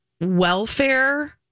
welfare